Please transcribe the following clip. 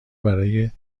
برای